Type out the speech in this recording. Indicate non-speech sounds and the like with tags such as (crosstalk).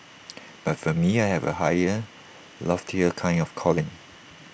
(noise) but for me I have A higher loftier A kind of calling